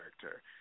character